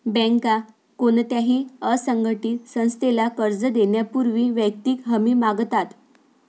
बँका कोणत्याही असंघटित संस्थेला कर्ज देण्यापूर्वी वैयक्तिक हमी मागतात